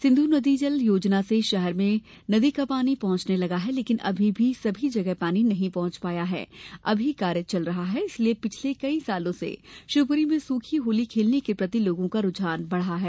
सिंधू नदी जल योजना से शहर में नदी का पानी पहुंचने लगा है लेकिन अभी यह सभी जगह नहीं पहुंच पाया है अभी कार्य चल रहा है इसलिए पिछले कई सालो से शिवपुरी में सूखी होली खेलने के प्रति लोगों का रुझान बड़ा है